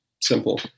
simple